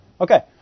Okay